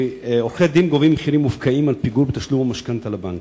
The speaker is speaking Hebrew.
עורכי-דין גובים מחירים מופקעים על פיגור בתשלום המשכנתה לבנק.